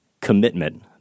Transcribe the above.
commitment